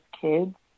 kids